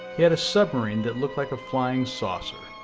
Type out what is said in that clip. he had a submarine that looked like a flying saucer.